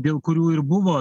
dėl kurių ir buvo